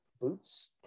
boots